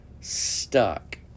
stuck